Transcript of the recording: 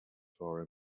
for